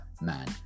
man